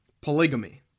polygamy